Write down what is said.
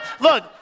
Look